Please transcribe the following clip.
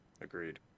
Agreed